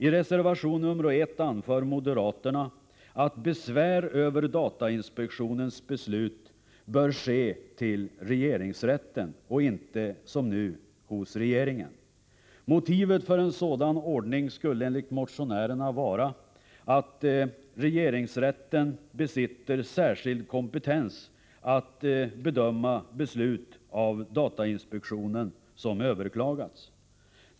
I reservation nr I menar moderaterna att besvär över datainspektionens beslut bör anföras till regeringsrätten och inte, som nu, till regeringen. Motivet för en sådan ordning skulle enligt moderaterna vara att regeringsrätten besitter särskild kompetens att bedöma beslut av datainspektionen som överklagats.